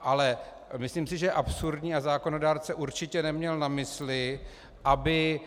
Ale myslím si, že je absurdní a zákonodárce určitě neměl na mysli, aby